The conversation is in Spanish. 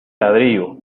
ladrillo